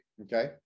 Okay